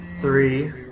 three